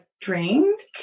drink